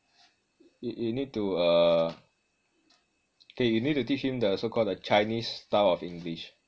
y~ you need to uh k you need to teach him the so called the chinese style of english